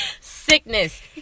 sickness